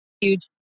huge